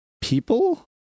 people